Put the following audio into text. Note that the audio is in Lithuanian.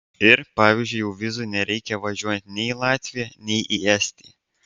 ir pavyzdžiui jau vizų nereikia važiuojant nei į latviją nei į estiją